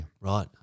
Right